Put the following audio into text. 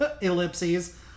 ellipses